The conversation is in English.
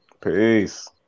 Peace